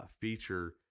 feature